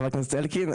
חבר הכנסת אלקין,